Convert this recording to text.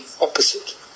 opposite